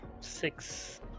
Six